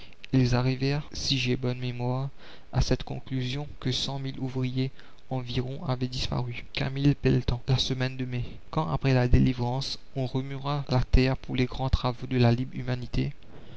ils arrivèrent si j'ai bonne mémoire à cette conclusion que cent mille ouvriers environ avaient disparu camille pelletan la semaine de mai quand après la délivrance on remuera la terre pour les grands travaux de la libre humanité